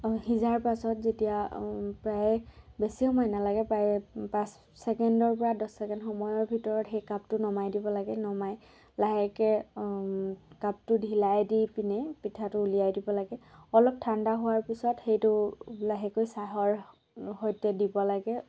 অঁ সিজাৰ পাছত যেতিয়া প্ৰায় বেছি সময় নালাগে প্ৰায় পাঁচ ছেকেণ্ডৰ পৰা দহ ছেকেণ্ড সময়ৰ ভিতৰত সেই কাপটো নমাই দিব লাগে নমাই লাহেকে কাপটো ঢিলাই দি পিনে পিঠাটো উলিয়াই দিব লাগে অলপ ঠাণ্ডা হোৱাৰ পিছত সেইটো লাহেকৈ চাহৰ সৈতে দিব লাগে